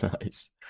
Nice